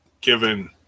given